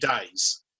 days